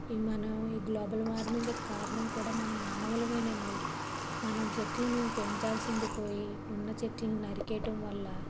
ఈ మనం ఈ గ్లోబల్ వార్మింగ్కి కారణం కూడా మనం మానవులమేనండి మనం చెట్లను పెంచాల్సింది పోయి ఉన్న చెట్లను నరికేయటం వల్ల